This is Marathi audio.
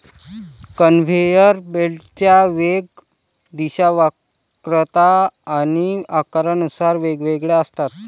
कन्व्हेयर बेल्टच्या वेग, दिशा, वक्रता आणि आकारानुसार वेगवेगळ्या असतात